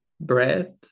Bread